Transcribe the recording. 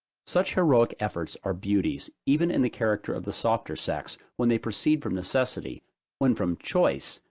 such heroic efforts are beauties, even in the character of the softer sex, when they proceed from necessity when from choice,